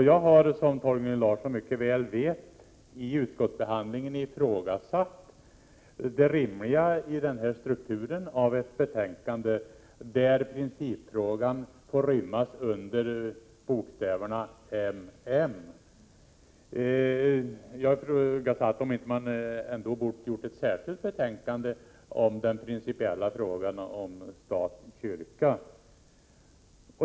Jag har, som Torgny Larsson mycket väl vet, vid utskottsbehandlingen ifrågasatt det rimliga i strukturen på det här betänkandet, där principfrågan får rymmas under bokstäverna ”m.m.” Jag har ifrågasatt om man inte bort göra ett särskilt betänkande om den principiella frågan om stat-kyrka.